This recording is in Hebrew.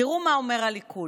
תראו מה אומר הליכוד,